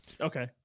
okay